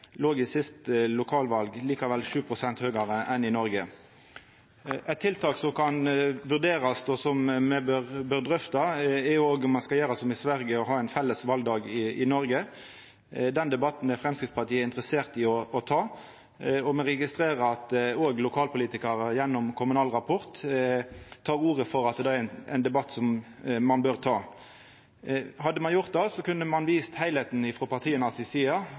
låg dei i det siste lokalvalet likevel 7 pst. høgare enn i Noreg. Eit tiltak som òg kan bli vurdert, og som me bør drøfta, er om ein skal gjera som i Sverige og ha ein felles valdag i Noreg. Den debatten er Framstegspartiet interessert i å ta, og me registrerer at òg lokalpolitikarar gjennom Kommunal Rapport tek til orde for at det er ein debatt som ein bør ta. Hadde ein gjort det, kunne ein frå partia si side